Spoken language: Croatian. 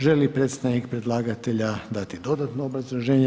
Želi li predstavnik predlagatelja dati dodatno obrazloženje?